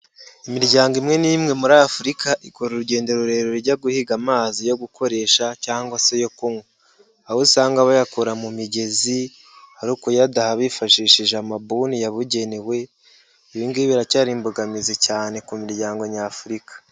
Imiryango imwe n'imwe muri Afurika ikora urugendo rurerure ijya guhiga amazi yo gukoresha cyangwa se yo kunywa. Aho usanga bayakura mu migezi ari ukuyadaha bifashishije amabuni yabugenewe, ibingibi biracyari imbogamizi cyane ku miryango nyafurika.